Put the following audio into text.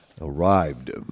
arrived